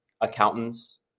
accountants